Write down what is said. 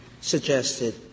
suggested